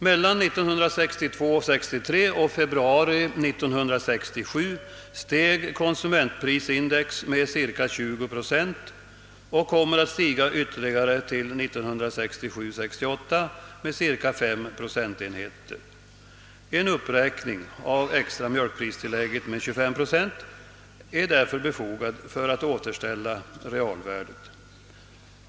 Mellan 1962 68 att stiga ytterligare med cirka 5 procentenheter. En uppräkning av det extra mjölkpristillägget med 25 procent är därför befogad för att återställa realvärdet.